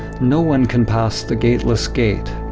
no one can pass the gateless gate.